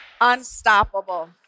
unstoppable